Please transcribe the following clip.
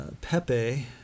Pepe